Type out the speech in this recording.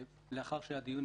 האחר,